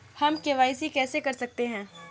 हम के.वाई.सी कैसे कर सकते हैं?